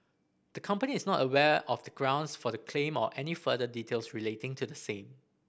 the company is not aware of the grounds for the claim or any further details relating to the same